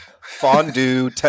fondue